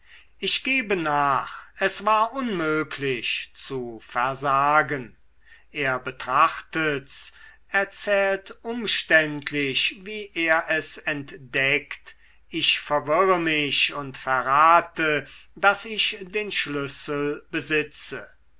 ich gebe nach es war unmöglich zu versagen er betrachtet's erzählt umständlich wie er es entdeckt ich verwirre mich und verrate daß ich den schlüssel besitze